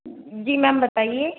जी ma'am बताइए